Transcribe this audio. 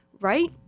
right